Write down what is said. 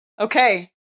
Okay